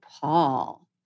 paul